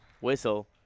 Whistle